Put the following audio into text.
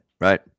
right